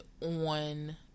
on